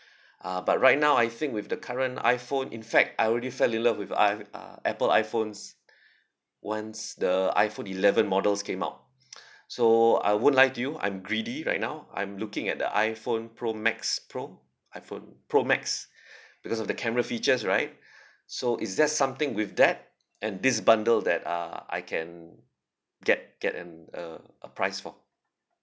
uh but right now I think with the current iphone in fact I already fell in love with I uh apple iphones once the iphone eleven models came out so I won't lie to you I'm greedy right now I'm looking at the iphone pro max pro iphone pro max because of the camera features right so is there something with that and this bundle that uh I can get get and uh a price for